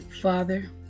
Father